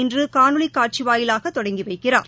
இன்றுகாணொலிகாட்சிவாயிலாகதொடங்கிவைக்கிறார்